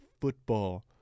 football